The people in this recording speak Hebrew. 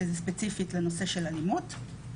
שזה ספציפית לנושא של אלימות.